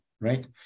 right